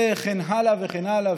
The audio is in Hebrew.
וכן הלאה וכן הלאה.